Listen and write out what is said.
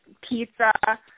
pizza